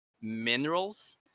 minerals